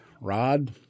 rod